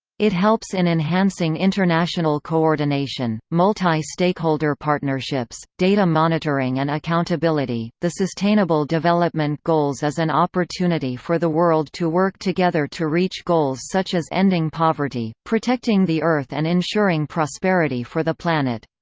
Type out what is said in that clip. it helps in enhancing international coordination, multi-stakeholder partnerships, data monitoring and accountability the sustainable development goals is an opportunity for the world to work together to reach goals such as ending poverty, protecting the earth and ensuring prosperity for the planet.